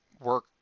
work